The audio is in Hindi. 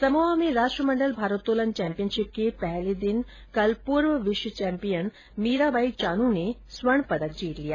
समोआ में राष्ट्रमंडल भारोत्तोलन चैम्पियनशिप के पहले दिन कल पूर्व विश्व चैम्पियन मीराबाई चानू ने स्वर्ण पदक जीत लिया